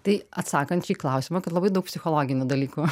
tai atsakant šį klausimą kad labai daug psichologinių dalykų